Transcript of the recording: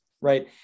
right